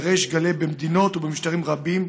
בריש גלי במדינות ובמשטרים רבים,